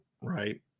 Right